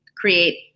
create